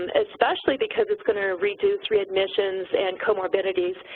and especially because it's gonna reduce readmissions and co-morbidities,